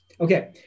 Okay